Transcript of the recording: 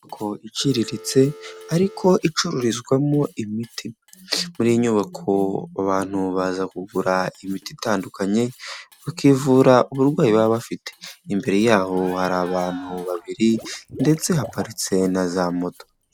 Inyubako iciriritse, ariko icururizwamo imiti, muri iyi nyubako, abantu baza kugura imiti itandukanye, bakivura uburwayi baba bafite, imbere yaho hari abantu babiri, ndetse haparitse na za moto.